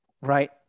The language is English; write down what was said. right